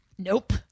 Nope